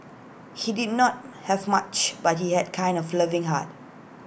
he did not have much but he had kind of loving heart